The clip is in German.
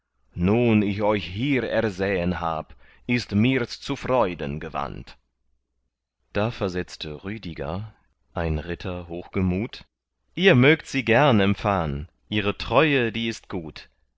nun ich euch hier ersehen hab ist mirs zu freuden gewandt da versetzte rüdiger in ritter hochgemut ihr mögt sie gern empfahen ihre treue die ist gut